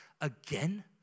again